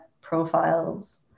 profiles